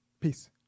Peace